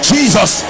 Jesus